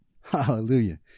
Hallelujah